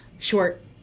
short